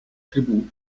tribù